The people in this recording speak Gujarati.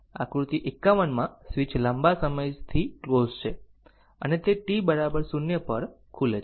આકૃતિ 51 માં સ્વીચ લાંબા સમયથી ક્લોઝ છે અને તે t 0 પર ખુલે છે